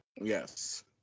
Yes